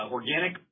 Organic